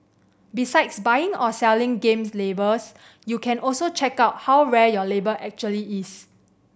besides buying or selling game labels you can also check out how rare your label actually is